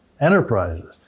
enterprises